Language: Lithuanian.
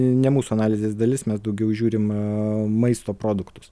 ne mūsų analizės dalis mes daugiau žiūrim maisto produktus